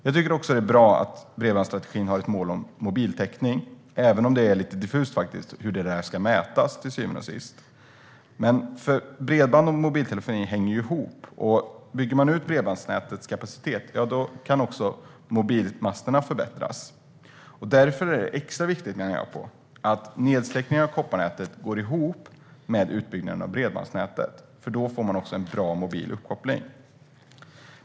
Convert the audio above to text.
Jag tycker också att det är bra att bredbandsstrategin har ett mål om mobiltäckning, även om det är lite diffust hur det här till syvende och sist ska mätas. Bredband och mobiltelefoni hänger ju ihop. Bygger man ut bredbandsnätets kapacitet kan också mobilmasterna förbättras. Därför är det extra viktigt, menar jag, att nedsläckningen av kopparnätet går ihop med utbyggnaden av bredbandsnätet, för då får man en bra mobil uppkoppling.